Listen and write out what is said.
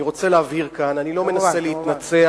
אני רוצה להבהיר כאן, אני לא מנסה להתנצח.